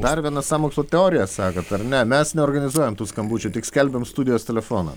dar viena sąmokslo teorija sakot ar ne mes neorganizuojam tų skambučių tik skelbiam studijos telefoną